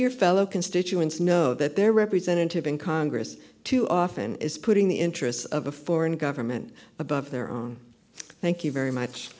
your fellow constituents know that their representative in congress too often is putting the interests of a foreign government above their own thank you very much